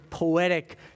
Poetic